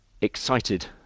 excited